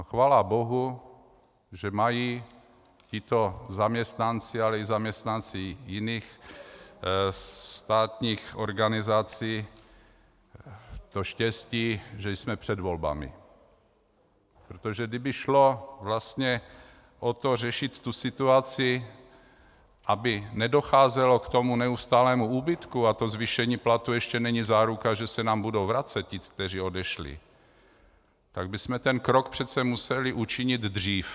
Chvála bohu, že mají tito zaměstnanci, ale i zaměstnanci jiných státních organizací to štěstí, že jsme před volbami, protože kdyby šlo vlastně o to, řešit tu situaci, aby nedocházelo k neustálému úbytku, a to zvýšení platu ještě není záruka, že se nám budou vracet ti, kteří odešli, tak bychom ten krok přece museli učinit dřív.